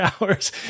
hours